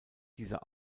dieser